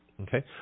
Okay